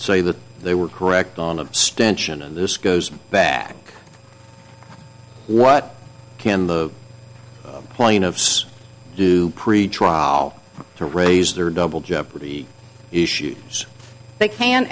say that they were correct on abstention and this goes back what can the plaintiffs do pretrial to raise their double jeopardy issues so they can